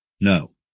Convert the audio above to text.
No